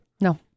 No